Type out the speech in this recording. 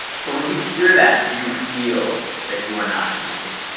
so when you hear that, do you feel that you are not needed?